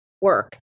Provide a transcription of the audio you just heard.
work